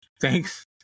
Thanks